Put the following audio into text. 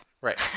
Right